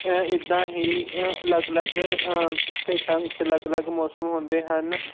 ਇੱਦਾਂ ਹੀ ਅਲੱਗ ਅਲੱਗ ਸਟੇਟਾਂ ਵਿੱਚ ਅਲੱਗ ਅਲੱਗ ਮੌਸਮ ਹੁੰਦੇ ਹਨ